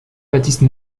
baptiste